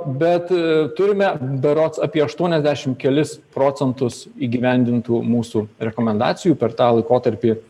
bet turime berods apie aštuoniasdešim kelis procentus įgyvendintų mūsų rekomendacijų per tą laikotarpį